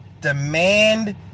demand